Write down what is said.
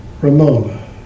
Ramona